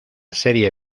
serie